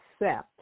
accept